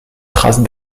trace